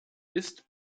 ist